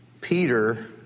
Peter